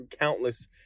countless